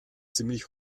ziemlich